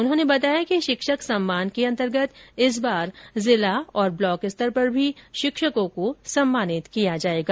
उन्होंने बताया कि शिक्षक सम्मान के अंतर्गत इस बार जिला और ब्लॉक स्तर पर भी शिक्षकों को सम्मानित किया जाएगा